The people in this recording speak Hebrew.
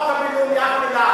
על החוק הבין-לאומי, אף מילה.